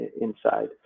inside